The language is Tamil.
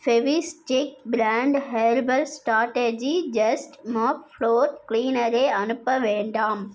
Fevistik brand herbal strategy just mop floor கிளீனரை அனுப்ப வேண்டாம்